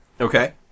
Okay